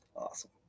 awesome